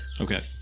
Okay